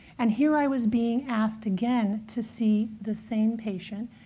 and here i was being asked again to see the same patient,